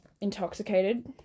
intoxicated